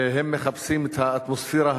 והם מחפשים את האטמוספירה